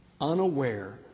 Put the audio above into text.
unaware